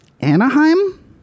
Anaheim